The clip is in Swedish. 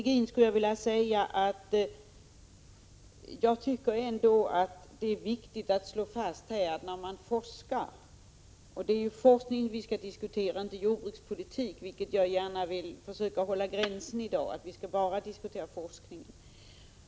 Fru talman! Till Ivar Virgin vill jag säga: Det är forskning som vi skall diskutera här och inte jordbrukspolitik. Den gränsen vill jag gärna försöka hålla i dag.